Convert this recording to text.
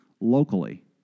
locally